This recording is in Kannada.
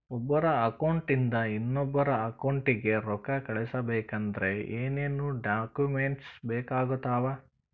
ಒಬ್ಬರ ಅಕೌಂಟ್ ಇಂದ ಇನ್ನೊಬ್ಬರ ಅಕೌಂಟಿಗೆ ರೊಕ್ಕ ಕಳಿಸಬೇಕಾದ್ರೆ ಏನೇನ್ ಡಾಕ್ಯೂಮೆಂಟ್ಸ್ ಬೇಕಾಗುತ್ತಾವ?